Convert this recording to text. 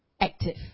active